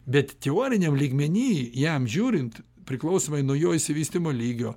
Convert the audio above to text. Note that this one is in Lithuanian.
bet teoriniam lygmeny jam žiūrint priklausomai nuo jo išsivystymo lygio